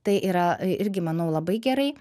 tai yra irgi manau labai gerai